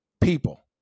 People